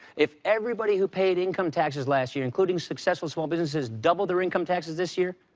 if everybody who paid income taxes last year, including successful small businesses, doubled their income taxes this year,